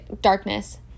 darkness